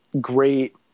great –